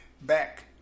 back